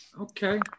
Okay